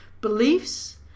beliefs